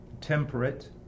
temperate